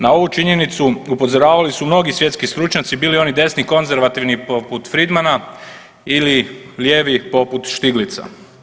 Na ovu činjenicu upozoravali su mnogi svjetski stručnjaci bili oni desni konzervativni poput Fridmana ili lijevi poput Štiglica.